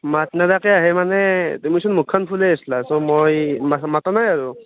মাত নেদাকে আহে মানে তুমিচোন মুখখন ফুলাই আছলা ছ' মই মাতা মাতা নাই আৰু